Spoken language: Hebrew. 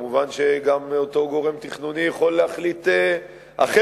מובן שאותו גורם תכנוני יכול גם להחליט אחרת,